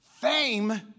fame